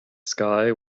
sky